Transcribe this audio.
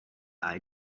癌症